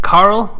Carl